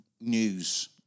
news